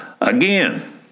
Again